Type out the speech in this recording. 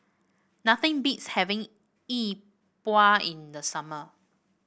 nothing beats having Yi Bua in the summer